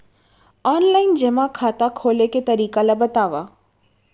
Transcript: Online जेमा खाता खोले के तरीका ल बतावव?